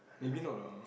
maybe not lah ah